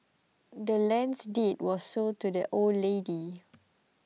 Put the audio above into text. the land's deed was sold to the old lady